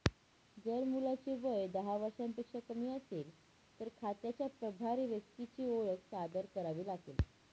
जर मुलाचे वय दहा वर्षांपेक्षा कमी असेल, तर खात्याच्या प्रभारी व्यक्तीची ओळख सादर करावी लागेल